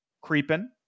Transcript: creeping